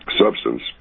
substance